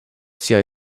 siaj